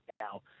now